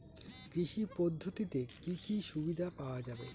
কৃষি পদ্ধতিতে কি কি সুবিধা পাওয়া যাবে?